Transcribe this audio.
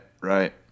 right